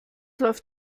läuft